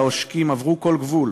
העושקים עברו כל גבול,